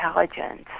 intelligence